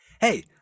hey